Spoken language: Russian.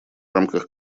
рамках